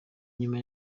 nyuma